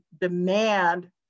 demand